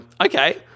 okay